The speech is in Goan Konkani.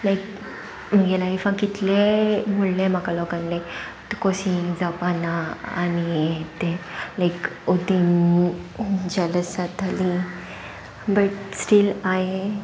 लायक म्हुगे लायफान कितले म्हणलें म्हाका लोकांनी लायक तुकोशीं जावपाना आनी तें लायक ओती जॅलस जातालीं बट स्टील हांयें